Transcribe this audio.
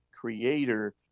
creator